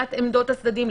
שמיעת עמדות הצדדים,